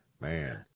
man